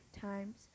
times